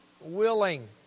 willing